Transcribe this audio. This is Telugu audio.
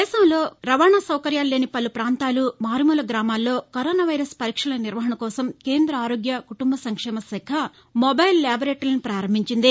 దేశంలో రవాణా సౌకర్యాలు లేని పలు పొంతాలు మారుమూల గ్రామాల్లో కరోనా వైరస్ పరీక్షల నిర్వహణ కోసం కేంద ఆరోగ్య కుటుంబ సంక్షేమ శాఖ మొబైల్ లేబరేటరీలను పారంభించింది